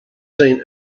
seen